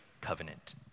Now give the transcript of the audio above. Covenant